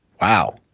Wow